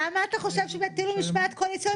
למה אתה חושב שהם יטילו משמעת קואליציונית?